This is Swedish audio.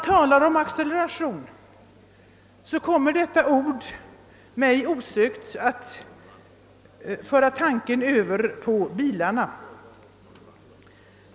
Ordet acceleration för min tanke osökt över till bilarna.